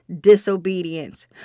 disobedience